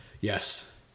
Yes